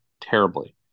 terribly